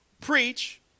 preach